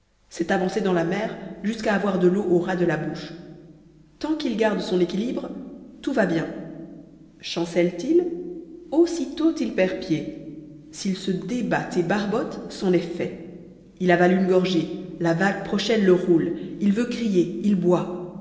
s'est avancé dans la mer jusqu'à avoir de l'eau au ras de la bouche tant qu'il garde son équilibre tout va bien chancèle t il aussitôt il perd plante s'il se débat et barbotte c'en est fait il avale une gorgée la vague prochaine le roule il veut crier il boit